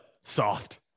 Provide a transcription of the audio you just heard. soft